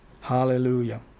Hallelujah